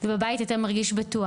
ובבית היית מרגיש בטוח.